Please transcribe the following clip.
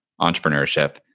entrepreneurship